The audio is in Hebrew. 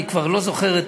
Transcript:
אני כבר לא זוכר,